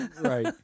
Right